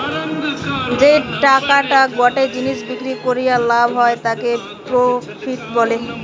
যেই টাকাটা গটে জিনিস বিক্রি করিয়া লাভ হয় তাকে প্রফিট বলে